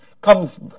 Comes